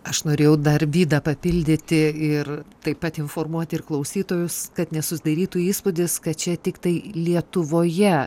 aš norėjau dar vydą papildyti ir taip pat informuoti ir klausytojus kad nesusdarytų įspūdis kad čia tiktai lietuvoje